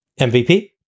MVP